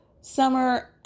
summer